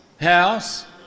house